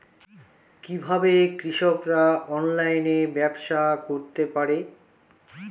কিভাবে কৃষকরা অনলাইনে ব্যবসা করতে পারে?